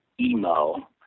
emo